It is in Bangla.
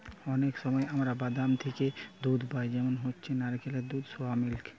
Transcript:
অনেক সময় আমরা বাদাম থিকে দুধ পাই যেমন হচ্ছে নারকেলের দুধ, সোয়া মিল্ক